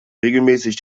regelmäßig